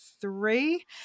three